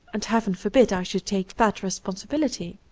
and heaven forbid i should take that responsi bility.